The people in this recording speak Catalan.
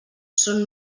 són